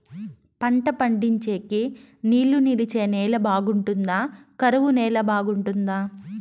పంట పండించేకి నీళ్లు నిలిచే నేల బాగుంటుందా? కరువు నేల బాగుంటుందా?